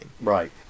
Right